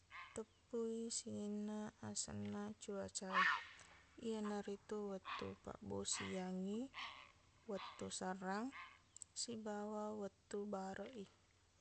Teppuwi sininna asenna cuaca e iyanaritu wettu pabbosiangngi wettu serrang sibawa wettu bareq i